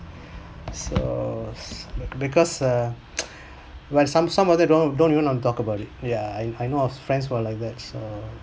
so because uh when some some other don't don't even want talk about it yeah I I know of friends who are like that so